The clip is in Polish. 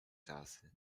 razy